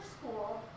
school